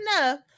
enough